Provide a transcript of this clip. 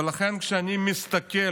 ולכן, כשאני מסתכל